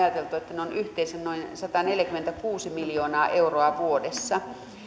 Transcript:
ovat yhteensä noin sataneljäkymmentäkuusi miljoonaa euroa vuodessa